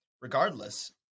regardless